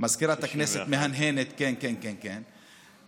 מזכירת הכנסת מהנהנת, כן, כן, כן, כן,